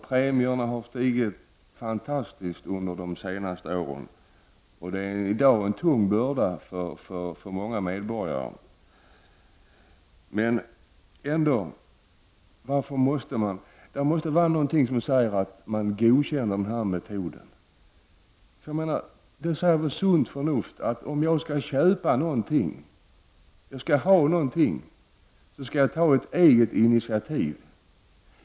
Premierna har ju stigit fantastiskt mycket under de senaste åren. De är i dag en tung börda för många medborgare. Men det måste finnas någonting som säger att man godkänner den här metoden? Sunt förnuft säger ju att om jag skall köpa någonting skall jag ta eget initiativ.